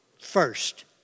First